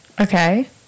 okay